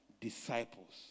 disciples